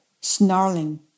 snarling